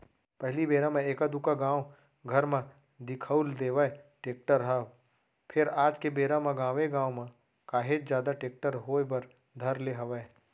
पहिली बेरा म एका दूका गाँव घर म दिखउल देवय टेक्टर ह फेर आज के बेरा म गाँवे गाँव म काहेच जादा टेक्टर होय बर धर ले हवय